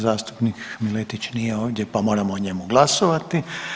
Zastupnik Miletić nije ovdje pa moramo o njemu glasovati.